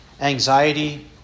Anxiety